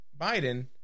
Biden